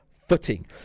footing